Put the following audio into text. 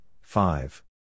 five